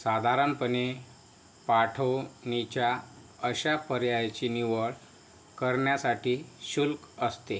साधारणपणे पाठवणीच्या अशा पर्यायाची निवड करण्यासाठी शुल्क असते